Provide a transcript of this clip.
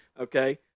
okay